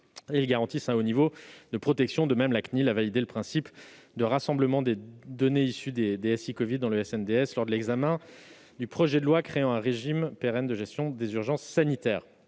elles garantissent un haut niveau de protection. De même, la CNIL a validé le principe du rassemblement des données issues des SI covid dans le SNDS lors de l'examen du projet de loi instituant un régime pérenne de gestion des urgences sanitaires-